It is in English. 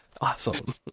Awesome